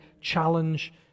challenge